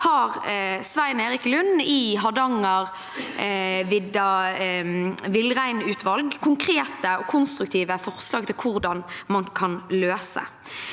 har Svein Erik Lund i Hardangervidda villreinutval konkrete og konstruktive forslag til hvordan man kan løse.